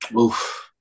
oof